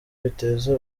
biteza